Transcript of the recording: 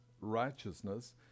righteousness